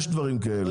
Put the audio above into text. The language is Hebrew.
יש דברים כאלה,